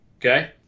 Okay